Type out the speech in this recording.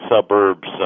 suburbs